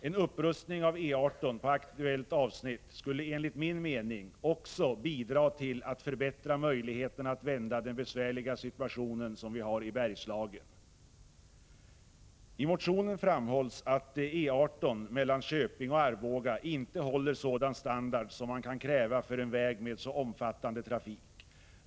En upprustning av E 18 på aktuellt avsnitt skulle enligt min mening också bidra till att förbättra möjligheterna att ändra den besvärliga situation som råder i Bergslagen. I motionen framhålls att E 18 mellan Köping och Arboga inte håller sådan standard som man kan kräva för en väg med så omfattande trafik.